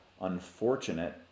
unfortunate